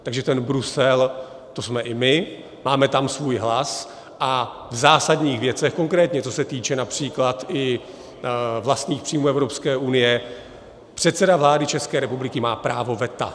Takže ten Brusel, to jsme i my, máme tam svůj hlas a v zásadních věcech, konkrétně co se týče například i vlastních příjmů Evropské unie, předseda vlády České republiky má právo veta.